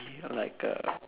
ya like a